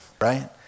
right